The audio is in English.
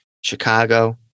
Chicago